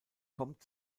kommt